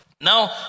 Now